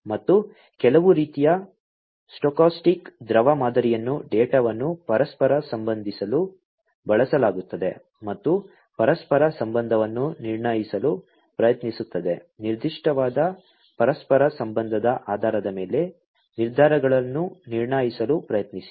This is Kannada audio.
ಮತ್ತು ಕೆಲವು ರೀತಿಯ ಸ್ಟೋಕಾಸ್ಟಿಕ್ ದ್ರವ ಮಾದರಿಯನ್ನು ಡೇಟಾವನ್ನು ಪರಸ್ಪರ ಸಂಬಂಧಿಸಲು ಬಳಸಲಾಗುತ್ತದೆ ಮತ್ತು ಪರಸ್ಪರ ಸಂಬಂಧವನ್ನು ನಿರ್ಣಯಿಸಲು ಪ್ರಯತ್ನಿಸುತ್ತದೆ ನಿರ್ದಿಷ್ಟವಾದ ಪರಸ್ಪರ ಸಂಬಂಧದ ಆಧಾರದ ಮೇಲೆ ನಿರ್ಧಾರಗಳನ್ನು ನಿರ್ಣಯಿಸಲು ಪ್ರಯತ್ನಿಸಿ